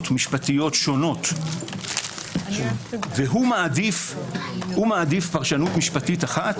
משפטיות שונות והוא מעדיף פרשנות משפטית אחת,